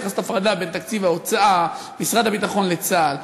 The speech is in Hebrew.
וצריך לעשות הפרדה בין תקציב משרד הביטחון לצה"ל,